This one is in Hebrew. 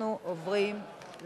אנחנו עוברים להצבעה.